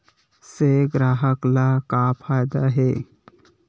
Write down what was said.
से ग्राहक ला का फ़ायदा हे?